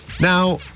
Now